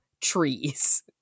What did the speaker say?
trees